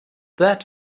that